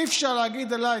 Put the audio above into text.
אי-אפשר להגיד עליי,